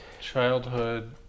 childhood